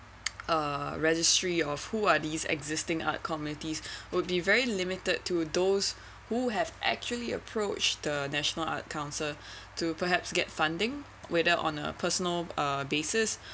uh registry of who are these existing art communities would be very limited to those who have actually approach the national art council to perhaps get funding whether on a personal uh basis